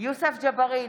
יוסף ג'בארין,